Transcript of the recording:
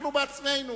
אנחנו בעצמנו,